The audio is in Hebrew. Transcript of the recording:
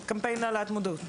קמפיין להעלאת מודעות.